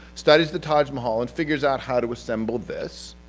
studies the taj mahal and figures out how to assemble this,